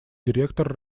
директор